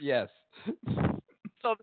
Yes